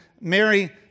Mary